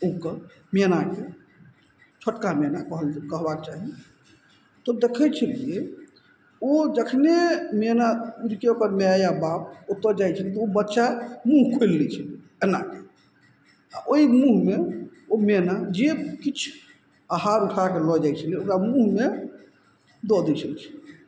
ओकर मेनाके छोटका मेना कहल कहबाक चाही तब देखय छलियै ओ जखने मेना उड़ि कए ओकर माय या बाप ओतय जाइ छलय तऽ ओ बच्चा मुँह खोलि लै छलय एना कऽ आओर ओइ मुँहमे ओ मेना जे किछु आहार उठाकए लऽ जाइ छलय ओकरा मुँहमे दऽ दै छलय छलय